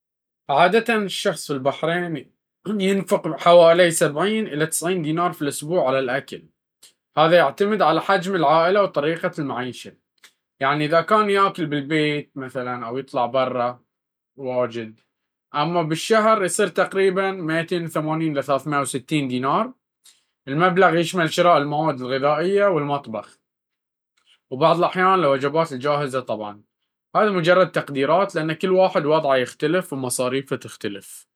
عادةً، الشخص في البحرين ينفق حوالي 70 إلى 90 دينار في الأسبوع على الأكل. هذا يعتمد على حجم العائلة وطريقة المعيشة، يعني إذا كان يأكل بالبيت أو يطلع كثير. أما بالشهر، يصير تقريبًا من 280 دينار الى 360 دينار. المبلغ يشمل شراء المواد الغذائية والطبخ، وبعض الأحيان الوجبات الجاهزة. طبعًا، هذي مجرد تقديرات، لأن كل واحد وضعه مختلف.